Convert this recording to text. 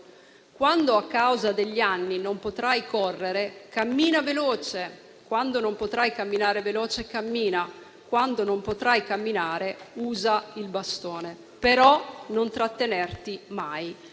Quando a causa degli anni non potrai correre, cammina veloce. Quando non potrai camminare veloce, cammina. Quando non potrai camminare, usa il bastone. Però non trattenerti mai!».